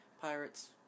pirates